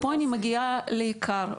וכאן אני מגיעה לעיקר,